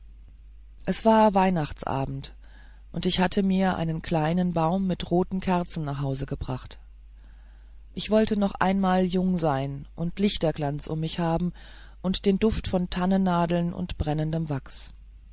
es war weihnachtsabend und ich hatte mir einen kleinen baum mit roten kerzen nach hause gebracht ich wollte noch einmal jung sein und lichterglanz um mich haben und den duft von tannennadeln und brennendem wachs